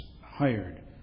hired